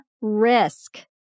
risk